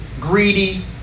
greedy